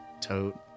tote